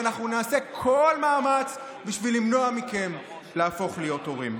ואנחנו נעשה כל מאמץ למנוע מכם להפוך להיות הורים.